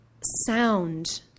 sound